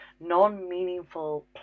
non-meaningful